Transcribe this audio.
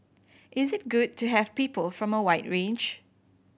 is it good to have people from a wide range